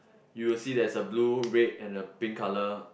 you will see there's a blue red and a pink colour